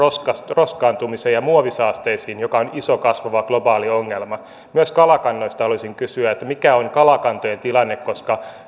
roskaantumiseen ja muovisaasteisiin joka on iso kasvava globaali ongelma myös kalakannoista haluaisin kysyä mikä on kalakantojen tilanne koska